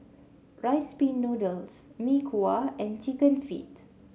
Rice Pin Noodles Mee Kuah and chicken feet